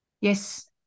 yes